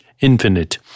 infinite